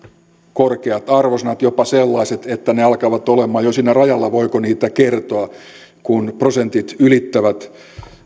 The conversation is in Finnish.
korkeat arvosanat jopa sellaiset että ne alkavat olemaan jo siinä rajalla voiko niitä kertoa kun prosentit ylittävät